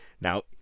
now